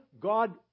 God